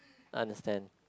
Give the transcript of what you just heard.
understand